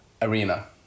Arena